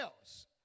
else